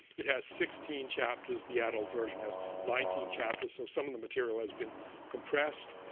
it has sixteen chapters. the adult version as nineteen chapter, so some of the material has been compressed.